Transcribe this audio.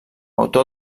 autor